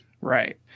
Right